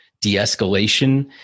de-escalation